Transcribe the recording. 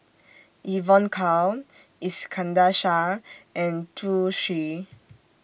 Evon Kow Iskandar Shah and Zhu Xu